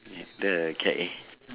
the eh